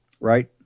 right